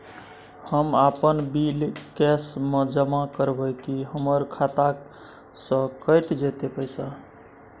हम अपन bill cash म जमा करबै की हमर खाता स कैट जेतै पैसा?